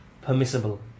permissible